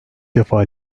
defa